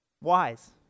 wise